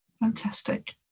Fantastic